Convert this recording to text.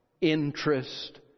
interest